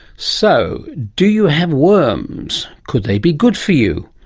so, do you have worms? could they be good for you?